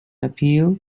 appeal